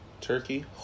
turkey